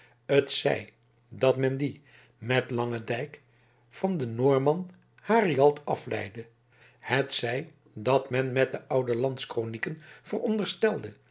t zij dat men dien met langendijk van den noorman hariald afleide t zij dat men met de oude landskronieken